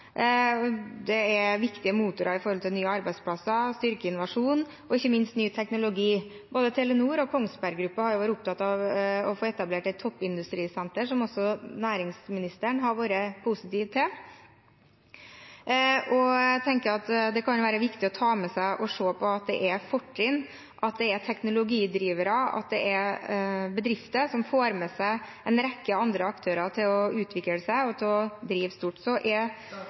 i nye arbeidsplasser, for å styrke innovasjonen og ikke minst når det gjelder ny teknologi. Både Telenor og Kongsberg Gruppen har vært opptatt av å få etablert et toppindustrisenter, som også næringsministeren har vært positiv til. Jeg tenker at det kan være viktig å ta med seg og se på at det er fortrinn, at det er teknologidrivere, at det er bedrifter som får med seg en rekke andre aktører til å utvikle seg og til å drive stort.